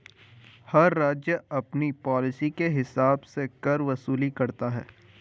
हर राज्य अपनी पॉलिसी के हिसाब से कर वसूली करता है